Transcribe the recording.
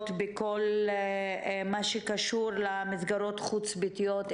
בכל מה שקשור למסגרות החוץ ביתיות,